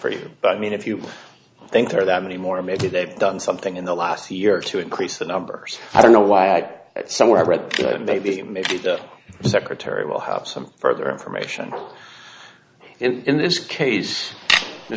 for you but i mean if you think there are that many more maybe they've done something in the last year to increase the numbers i don't know why i get somewhere i read maybe maybe the secretary will have some further information in this case the